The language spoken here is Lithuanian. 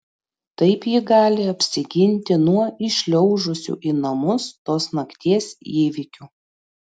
taip ji gali apsiginti nuo įšliaužusių į namus tos nakties įvykių